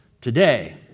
today